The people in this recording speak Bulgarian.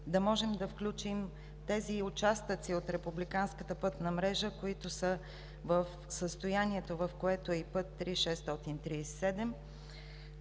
да можем да включим тези участъци от републиканската пътна мрежа, които са в състоянието, в което е и път 3.637,